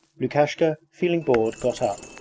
lukashka feeling bored got up,